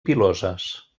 piloses